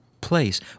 place